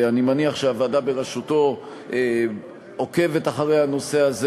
אני מניח שהוועדה בראשותו עוקבת אחרי הנושא הזה